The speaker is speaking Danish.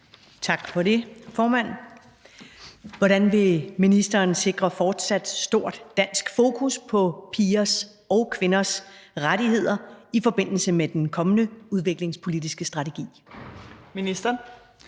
Tørnæs (V)): Hvordan vil ministeren sikre fortsat stort dansk fokus på pigers og kvinders rettigheder i forbindelse med den kommende udviklingspolitiske strategi? Fjerde